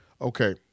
okay